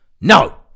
No